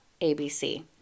ABC